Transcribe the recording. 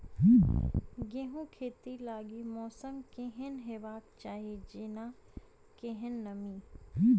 गेंहूँ खेती लागि मौसम केहन हेबाक चाहि जेना केहन नमी?